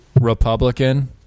Republican